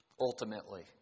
ultimately